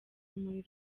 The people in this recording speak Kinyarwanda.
urumuri